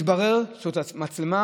התברר שזו המצלמה